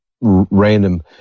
random